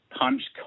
punched